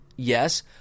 Yes